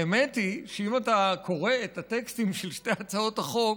האמת היא שאם אתה קורא את הטקסטים של שתי הצעות החוק,